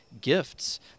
gifts